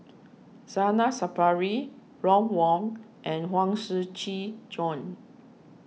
Zainal Sapari Ron Wong and Huang Shiqi Joan